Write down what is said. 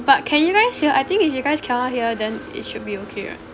but can you guys hear I think if you guys cannot hear then it should be okay right